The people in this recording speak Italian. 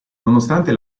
nonostante